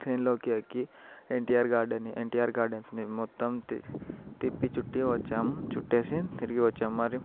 ట్రైన్లోకి ఎక్కి ఎన్టీఆర్ గార్డెన్ని ఎన్టీఆర్ గార్డెన్స్ని మొత్తం తిప్పి చుట్టి వచ్చాము చుట్టేసి తిరిగి వచ్చాము మరి